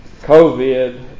COVID